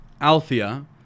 Althea